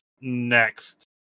next